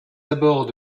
abords